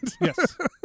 yes